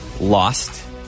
lost